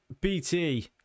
bt